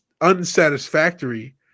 unsatisfactory